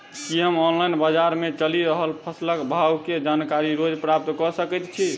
की हम ऑनलाइन, बजार मे चलि रहल फसलक भाव केँ जानकारी रोज प्राप्त कऽ सकैत छी?